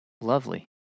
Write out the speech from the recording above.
Lovely